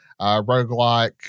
roguelike